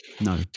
No